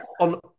on